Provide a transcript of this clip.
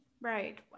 Right